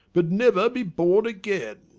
but never be born again!